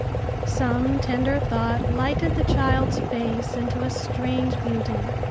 some tender thought lighted the child's face into a strange beauty,